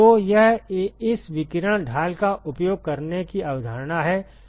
तो यह इस विकिरण ढाल का उपयोग करने की अवधारणा है